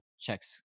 checks